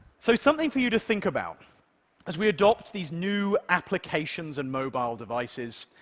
so something for you to think about as we adopt these new applications and mobile devices,